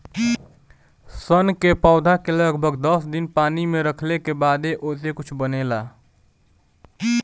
सन के पौधा के लगभग दस दिन पानी में रखले के बाद ओसे कुछू बनेला